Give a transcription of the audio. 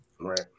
right